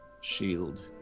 shield